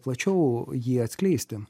plačiau jį atskleisti